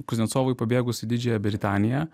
kuznecovui pabėgus į didžiąją britaniją